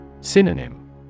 Synonym